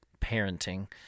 parenting